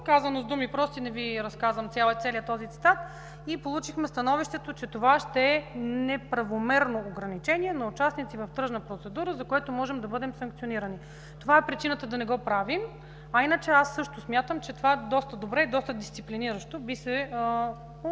Казано с прости думи, не Ви разказвам целия този цитат, получихме становището, че това ще е неправомерно ограничение на участниците в тръжна процедура, за което можем да бъдем санкционирани. Това е причината да не го правим. Иначе аз също смятам, че това е доста добре, доста дисциплиниращо би повлияло